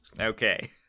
Okay